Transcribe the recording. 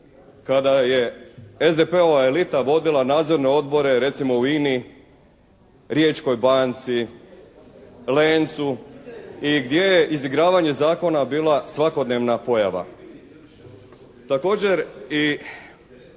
Kada je SDP-ova elita vodila nadzorne odbore recimo u INA-i, Riječkoj banci, Lencu i gdje je izigravanje zakona bila svakodnevna pojava. Također i